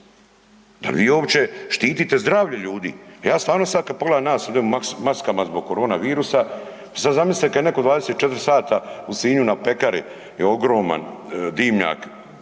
Da li vi uopće štitite zdravlje ljudi? Ja sada stvarno kada pogledam nas ovdje u maskama zbog korona virusa sad zamislite kada je netko 24 sata u Sinju na pekari je ogroman dimnjak,